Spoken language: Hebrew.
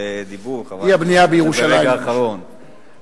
והוא ענה בצורה האמיתית ביותר